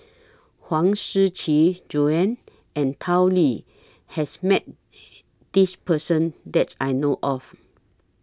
Huang Shiqi Joan and Tao Li has Met This Person that I know of